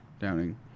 Downing